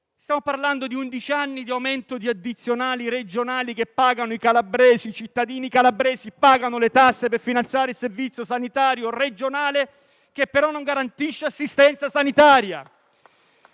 Stiamo parlando di undici anni di aumento di addizionali regionali a carico dei cittadini calabresi, che pagano le tasse per finanziare il servizio sanitario regionale, che però non garantisce assistenza sanitaria.